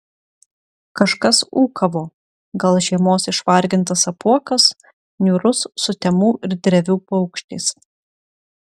kažkas ūkavo gal žiemos išvargintas apuokas niūrus sutemų ir drevių paukštis